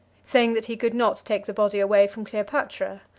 saying that he could not take the body away from cleopatra.